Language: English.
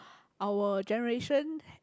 our generation